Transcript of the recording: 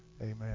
Amen